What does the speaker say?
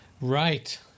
Right